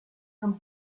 san